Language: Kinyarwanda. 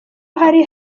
hari